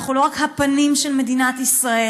אנחנו לא רק הפנים של מדינת ישראל,